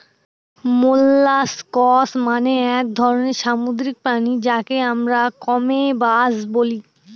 molluscs মানে এক ধরনের সামুদ্রিক প্রাণী যাকে আমরা কম্বোজ বলি